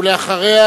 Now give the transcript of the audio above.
ואחריה,